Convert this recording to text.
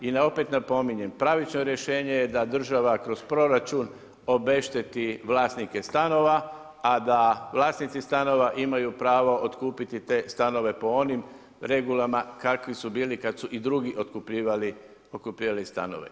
I opet napominjem, pravično rješenje je da država kroz proračun obešteti vlasnike stanova, a da vlasnici stanova imaju pravo otkupiti te stanove po onim regulama kakvi su bili kada su i drugi otkupljivali stanove.